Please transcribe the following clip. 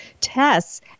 tests